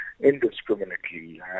indiscriminately